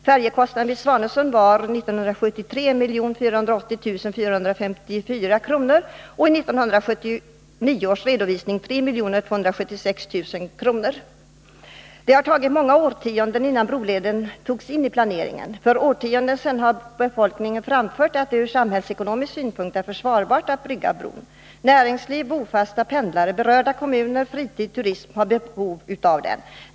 Färjekostnaden 27 Det förflöt många årtionden innan broleden togs med i planeringen. Redan för årtionden sedan framhöll befolkningen att det från samhällsekonomisk synpunkt är försvarbart att bygga en bro. Näringsliv, bofasta, pendlare, berörda kommuner, fritid och turism har behov av bron.